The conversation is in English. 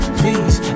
please